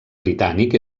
britànic